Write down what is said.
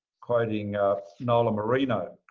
quoting nola marino,